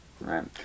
right